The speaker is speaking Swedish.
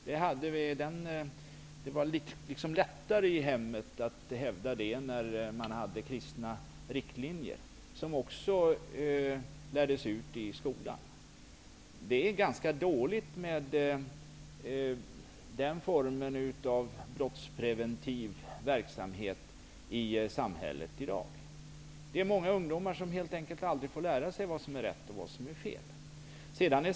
Det var lättare i hemmet att hävda det när man hade kristna riktlinjer, som också lärdes ut i skolan. Det är ganska dåligt med den formen av brottspreventiv verksamhet i samhället i dag. Många ungdomar får helt enkelt aldrig lära sig vad som är rätt och vad som är fel.